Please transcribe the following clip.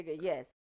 yes